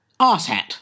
Arshat